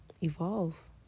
evolve